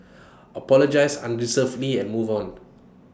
apologise unreservedly and move on